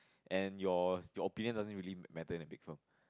and your your opinion doesn't really matter in a big firm